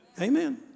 Amen